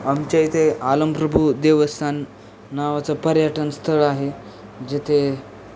आमच्या इथे आलमप्रभू देवस्थान नावाचं पर्यटनस्थळ आहे जिथे